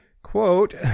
Quote